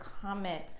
comment